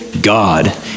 God